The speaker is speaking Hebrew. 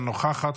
אינה נוכחת.